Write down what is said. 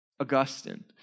Augustine